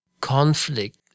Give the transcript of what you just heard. conflict